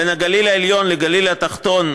בין הגליל העליון לגליל התחתון,